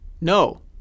No